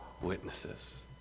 witnesses